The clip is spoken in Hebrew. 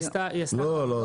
היא עשתה --- לא,